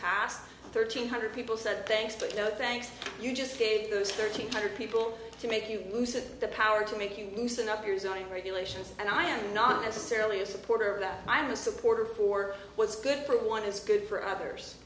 passed thirteen hundred people said thanks but no thanks you just gave those thirteen hundred people to make use of the power to make you loosen up your zoning regulations and i am not necessarily a supporter of that i'm a supporter for what's good for one is good for others